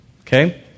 okay